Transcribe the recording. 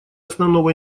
основного